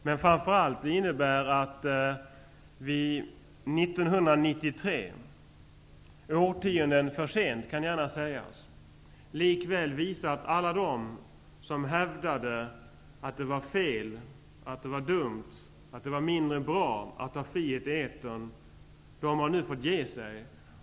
Men framför allt kommer det att innebära att 1993 -- årtionden för sent, kan gärna sägas -- måste alla de som hävdade att det var fel, dumt, mindre bra att ha frihet i etern, ge med sig.